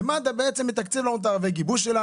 ומד"א בעצם יתקצב אותם ואת הגיבוש,